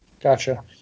Gotcha